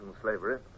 slavery